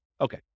Okay